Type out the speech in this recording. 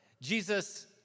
Jesus